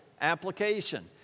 application